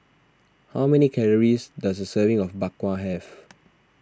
how many calories does a serving of Bak Kwa have